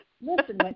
Listen